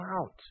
out